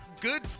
good